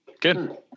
Good